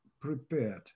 prepared